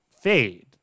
fade